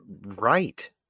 right